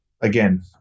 again